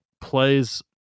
plays